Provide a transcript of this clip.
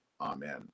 Amen